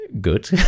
Good